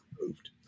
removed